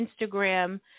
Instagram